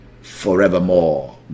forevermore